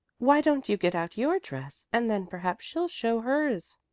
why don't you get out your dress, and then perhaps she'll show hers,